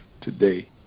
today